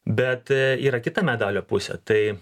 bet yra kita medalio pusė tai